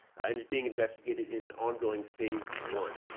and is being investigated in the ongoing phase one.